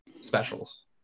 specials